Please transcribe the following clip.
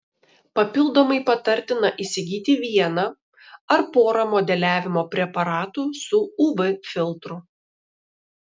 papildomai patartina įsigyti vieną ar porą modeliavimo preparatų su uv filtru